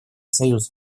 союза